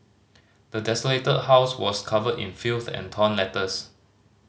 the desolated house was covered in filth and torn letters